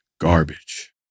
garbage